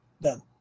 done